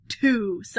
two